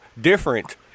different